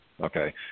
Okay